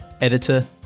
editor